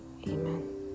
Amen